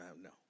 No